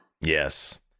Yes